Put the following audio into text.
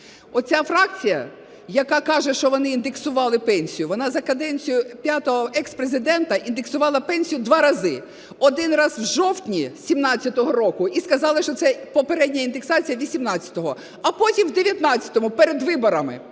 Оця фракція, яка каже, що вони індексували пенсію, вона за каденцію п'ятого експрезидента індексувала пенсію два рази: один раз - в жовтні 2017 року, і сказали, що це попередня індексація 2018-го; а потім в 2019-му, перед виборами.